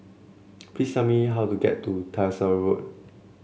please tell me how to get to Tyersall Road